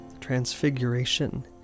transfiguration